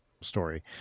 story